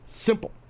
Simple